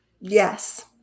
Yes